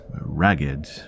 ragged